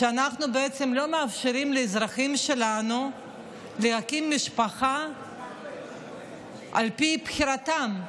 שאנחנו בעצם לא מאפשרים לאזרחים שלנו להקים משפחה על פי בחירתם,